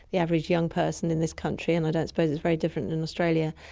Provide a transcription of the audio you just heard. the average young person in this country, and i don't suppose it's very different in australia,